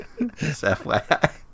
FYI